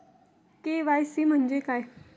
KYC म्हणजे काय आहे?